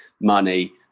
money